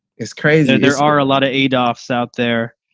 it's crazy. there are a lot of trade offs out there.